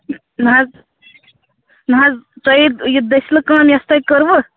نہَ حظ نہَ حظ تۄہہِ یہِ دٔسِلہٕ کٲم یۄس تۄہہِ کٔروٕ